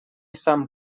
сам